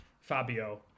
Fabio